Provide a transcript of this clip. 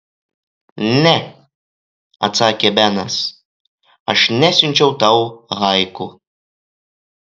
ne atsakė benas aš nesiunčiau tau haiku